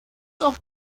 auch